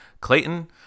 Clayton